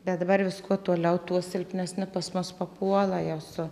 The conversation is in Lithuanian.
bet dabar vis kuo toliau tuo silpnesni pas mus papuola jau su